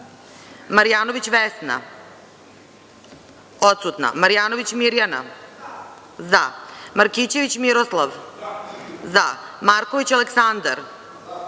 zaMarjanović Vesna – odsutnaMarjanović Mirjana – zaMarkićević Miroslav – zaMarković Aleksandar –